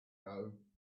home